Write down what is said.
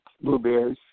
Blueberries